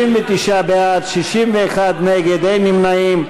59 בעד, 61 נגד, אין נמנעים.